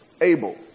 Abel